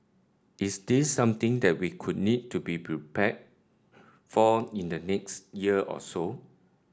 is this something that we would need to be prepared for in the next year or so